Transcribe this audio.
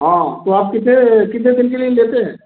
हाँ तो आप कितने कितने दिन के लिए लेते हैं